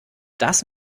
das